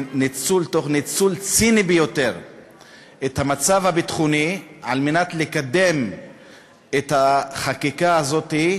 ניצול ציני ביותר את המצב הביטחוני כדי לקדם את החקיקה הזאת,